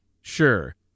Sure